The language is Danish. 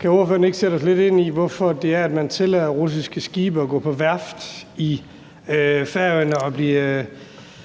Kan ordføreren ikke sætte os lidt ind i, hvorfor det er, at man tillader russiske skibe at gå på værft på Færøerne og blive